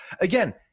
again